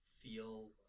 feel